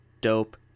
dope